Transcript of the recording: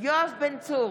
יואב בן צור,